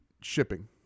shipping